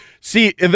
See